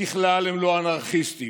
ככלל הם לא אנרכיסטים,